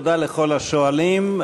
תודה לכל השואלים.